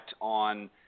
on